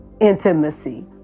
intimacy